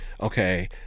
okay